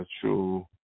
true